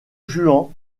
juan